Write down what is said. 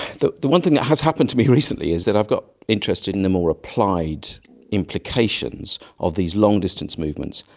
the the one thing that has happened to me recently is that i've got interested in the more applied implications of these long distance movements.